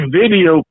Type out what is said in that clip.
video